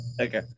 Okay